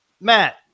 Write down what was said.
matt